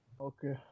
Okay